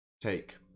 take